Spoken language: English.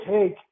take